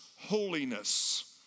holiness